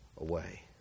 away